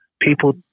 people